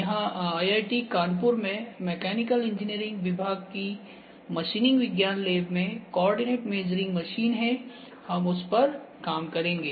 यहाँ IIT कानपुर में mechanical engineering विभाग की मशीनिंग विज्ञान लैब में कोआर्डिनेट मेजरिंग मशीन है हम उस पर काम करेंगे